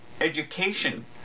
education